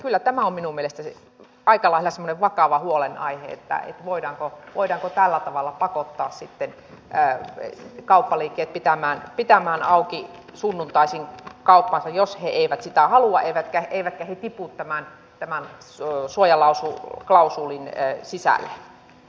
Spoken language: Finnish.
kyllä tämä on minun mielestäni aika lailla semmoinen vakava huolenaihe voidaanko tällä tavalla pakottaa sitten kauppaliikkeet pitämään auki sunnuntaisin kauppansa jos he eivät sitä halua eivätkä evätä hitti puuta vaan omaksuu he tipu tämän suojaklausuulin sisälle